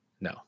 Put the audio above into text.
No